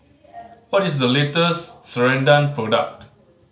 what is the latest Ceradan product